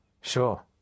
Sure